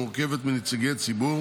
המורכבת מנציגי ציבור